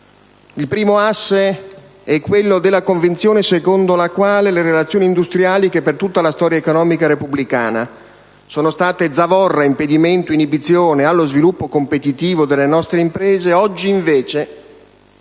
Il primo asse è quello della convinzione secondo la quale le relazioni industriali, che per tutta la storia economica repubblicana sono state zavorra, impedimento e inibizione allo sviluppo competitivo delle nostre imprese, oggi possano